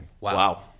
Wow